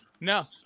No